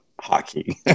hockey